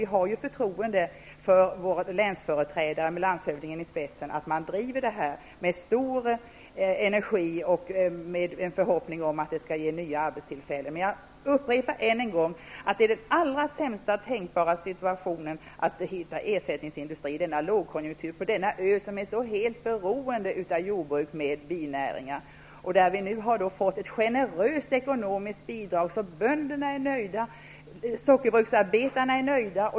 Vi har ju förtroende för att våra länsföreträdare, med landshövdingen i spetsen, driver detta ärende med stor energi i förhoppning om att nya arbetstillfällen ges. Jag vill dock än en gång upprepa att vi nu har den allra sämsta tänkbara situation att hitta ersättningsindustri på denna ö i denna lågkonjunktur. Öland är ju helt beroende av sitt jordbruk med dess binäringar. Vi har nu fått ett generöst ekonomiskt bidrag så att bönderna och sockerbruksarbetarna är nöjda.